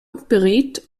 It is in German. berät